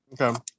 Okay